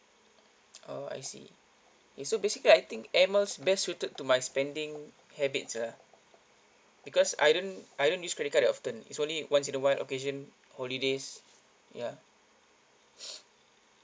oh I see okay so basically I think air miles best suited to my spending habits ah because I don't I don't use credit card that often is only once in a while occasion holidays ya